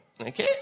okay